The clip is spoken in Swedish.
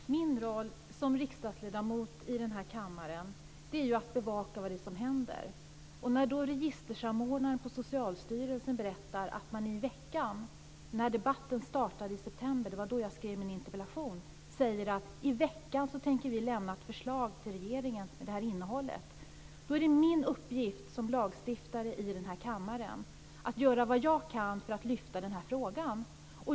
Fru talman! Min roll som riksdagsledamot i denna kammare är att bevaka vad det är som händer. När registersamordnaren på Socialstyrelsen i september - det var då jag skrev min interpellation - berättar att man i veckan tänker lämna ett förslag till regeringen med detta innehåll är det min uppgift som lagstiftare i denna kammare att göra vad jag kan för att lyfta fram denna fråga.